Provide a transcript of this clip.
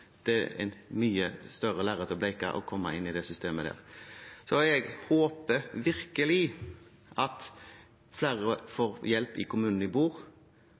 Å komme inn i det systemet er et mye lengre lerret å bleke. Så jeg håper virkelig at flere får hjelp i kommunen de bor i,